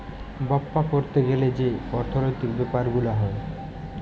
বাপ্সা ক্যরতে গ্যালে যে অর্থলৈতিক ব্যাপার গুলা হ্যয়